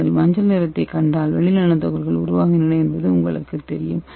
நீங்கள் மஞ்சள் நிறத்தைக் கண்டால் வெள்ளி நானோ துகள்கள் உருவாகின்றன என்பது உங்களுக்குத் தெரியும்